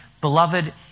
Beloved